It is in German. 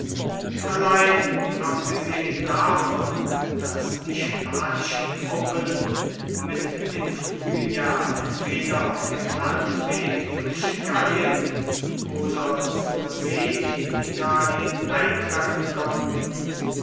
allein abgesehen davon daß die spanischen truppen mit dem frühjahr entweder auf dem landweg durch gallien oder zur see in italien eintreffen konnten